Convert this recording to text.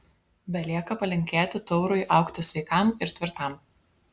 belieka palinkėti taurui augti sveikam ir tvirtam